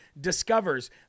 discovers